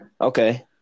Okay